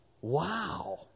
Wow